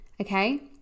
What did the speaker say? okay